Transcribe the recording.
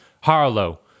Harlow